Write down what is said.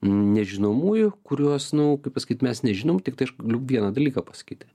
nežinomųjų kuriuos nu kaip pasakyt mes nežinom tiktai aš galiu vieną dalyką pasakyt